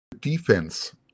defense